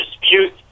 dispute